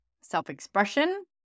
self-expression